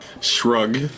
Shrug